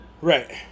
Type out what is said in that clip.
Right